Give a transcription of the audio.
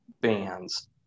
bands